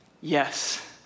Yes